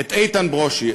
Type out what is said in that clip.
את איתן ברושי,